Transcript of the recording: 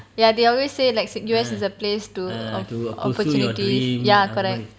ya they always say like s~ U_S is a place to of opportunities ya correct